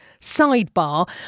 sidebar